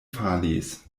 falis